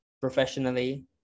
professionally